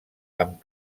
amb